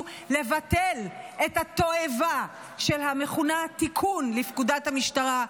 לבטל את התועבה המכונה "תיקון לפקודת המשטרה",